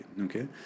Okay